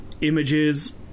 images